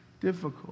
difficult